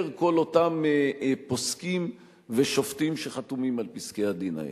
כל אותם פוסקים ושופטים שחתומים על פסקי-הדין האלה: